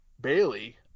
Bailey